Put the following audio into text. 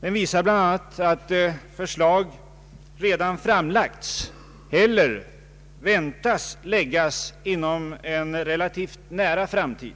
Den visar bl.a. att förslag redan framlagts eller väntas bli framlagda inom en relativt nära framtid